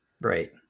right